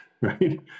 right